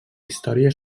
història